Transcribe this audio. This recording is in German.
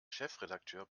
chefredakteur